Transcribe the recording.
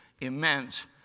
immense